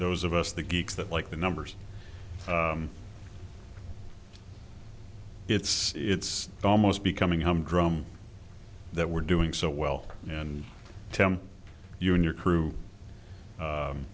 those of us the geeks that like the numbers it's it's almost becoming humdrum that we're doing so well and tell you and your crew